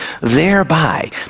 thereby